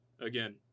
Again